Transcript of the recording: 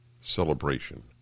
celebration